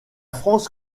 france